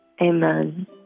Amen